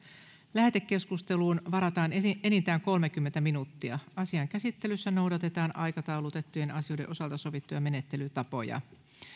lähetekeskusteluun varataan enintään kolmekymmentä minuuttia asian käsittelyssä noudatetaan aikataulutettujen asioiden osalta sovittuja menettelytapoja